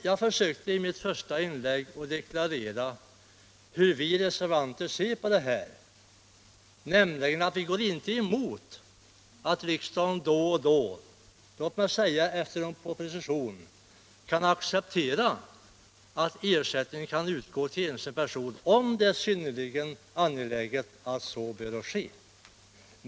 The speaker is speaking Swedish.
Jag försökte i mitt första inlägg deklarera hur vi reservanter ser på det här, nämligen att vi inte går emot att riksdagen då och då, låt mig säga efter en proposition, accepterar att ersättning kan utgå till enskild person om det är synnerligen angeläget att så sker.